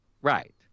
Right